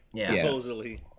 supposedly